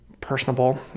personable